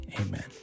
amen